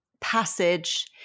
passage